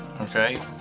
Okay